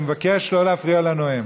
אני מבקש לא להפריע לנואם.